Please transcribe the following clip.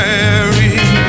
Mary